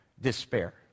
Despair